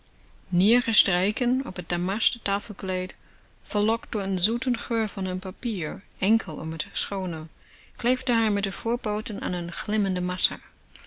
neergestreken op het damast tafelkleed verlokt door den zoeten geur van een papier enkel om het schoone kleefde hij met de voorpooten aan een glimmende massa